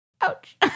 ouch